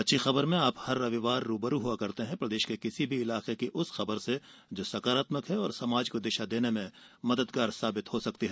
अच्छी खबर में आप हर रविवार रू ब रू होते हैं प्रदेश के किसी भी इलाके की उस खबर से जो सकारात्मक है और समाज को दिशा देने में मददगार हो सकती है